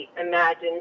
imagine